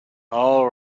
all